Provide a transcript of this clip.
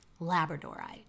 Labradorite